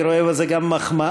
אני רואה בזה גם מחמאה,